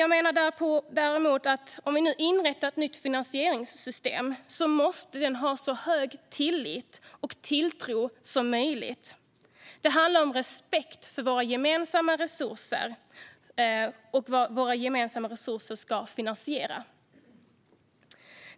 Jag menar att när vi nu inrättar ett nytt finansieringssystem måste det ha så hög tillit och tilltro som möjligt. Det handlar om respekt för vad våra gemensamma resurser ska finansiera.